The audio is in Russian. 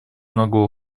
многого